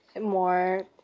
more